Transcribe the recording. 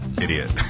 idiot